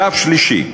שלב שלישי,